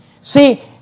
See